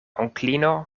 onklino